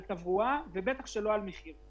על תברואה ועל מחיר.